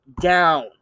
down